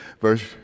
verse